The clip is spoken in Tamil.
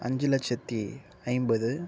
அஞ்சு லட்சத்தி ஐம்பது